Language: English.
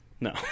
No